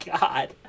God